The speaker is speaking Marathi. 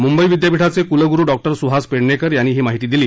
मुंबई विद्यापीठाचे कुलगुरू डॉक्टर सुहास पेडणेकर यांनी ही माहिती दिली